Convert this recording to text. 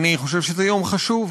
אני חושב שזה יום חשוב.